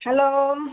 hello